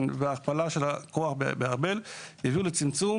וההכפלה של הכוח בארבל הביאו לצמצום.